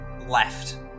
left